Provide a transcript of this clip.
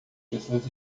pessoas